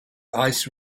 ice